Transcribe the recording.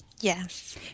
yes